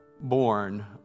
born